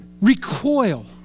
recoil